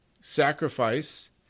sacrifice